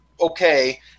okay